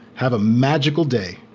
have a magical day.